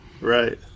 right